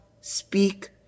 speak